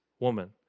woman